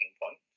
point